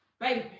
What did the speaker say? baby